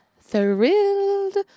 thrilled